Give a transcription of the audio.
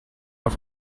auf